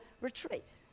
retreat